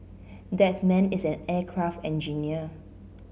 that man is an aircraft engineer